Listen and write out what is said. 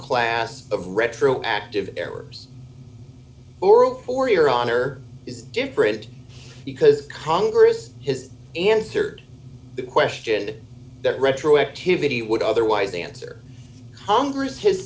class of retroactive errors oral for your honor is different because congress has answered the question that retroactivity would otherwise answer congress has